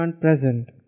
present